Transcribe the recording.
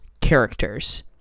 characters